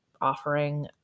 offering